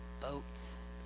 boats